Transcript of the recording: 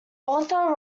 author